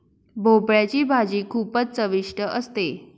भोपळयाची भाजी खूपच चविष्ट असते